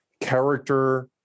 character